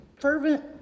fervent